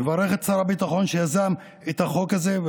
אני מברך את שר הביטחון שיזם את החוק הזה.